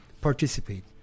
participate